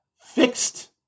fixed